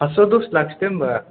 फासस' दस लाखिदो होनबा